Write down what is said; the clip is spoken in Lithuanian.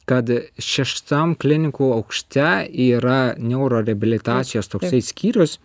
kad šeštam klinikų aukšte yra neuroreabilitacijos skyrius